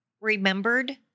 remembered